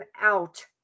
out